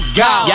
go